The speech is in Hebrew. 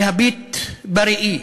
להביט בראי,